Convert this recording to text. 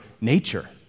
nature